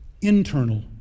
internal